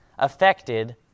affected